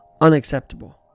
unacceptable